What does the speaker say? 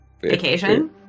vacation